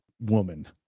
woman